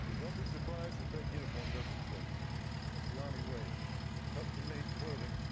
don't be surprised if that uniform doesn't fit that's the army way no custom-made clothing.